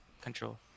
control